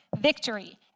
victory